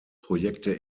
projekte